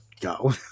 go